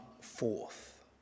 forth